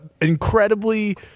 incredibly